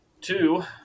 Two